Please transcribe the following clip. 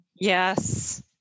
Yes